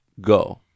Go